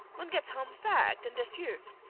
one gets home fagged and desouvre,